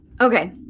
Okay